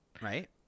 Right